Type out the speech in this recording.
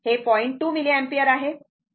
2 milliampere आहे